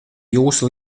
jūsu